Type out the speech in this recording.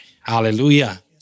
Hallelujah